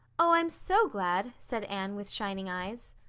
oh, i'm so glad, said anne, with shining eyes.